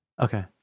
Okay